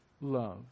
love